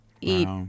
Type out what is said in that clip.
eat